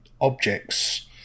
objects